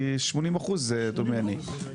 כ-80% נדמה לי.